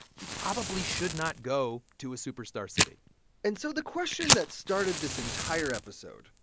you probably should not go to a superstar city and so the question that started this entire episode,